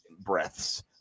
breaths